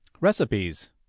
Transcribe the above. Recipes